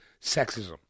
sexism